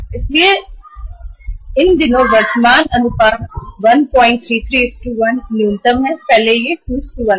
इसलिए इन दिनों वर्तमान अनुपात कम से कम 1331 है जो पहले 21 था